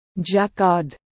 jacquard